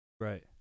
Right